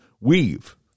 Weave